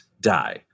die